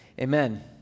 Amen